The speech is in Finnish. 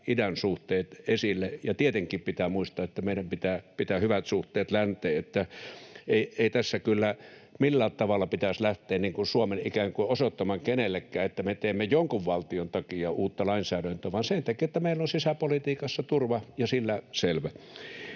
idänsuhteet esille. Tietenkin pitää muistaa, että meidän pitää pitää hyvät suhteet länteen, että ei tässä kyllä millään tavalla pitäisi lähteä Suomen ikään kuin osoittamaan kenellekään, että me teemme jonkun valtion takia uutta lainsäädäntöä, vaan teemme sitä sen takia, että meillä on sisäpolitiikassa turva, ja sillä selvä.